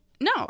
No